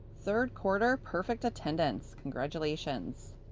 third quarter perfect attendance. congratulations.